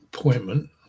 Appointment